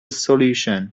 solution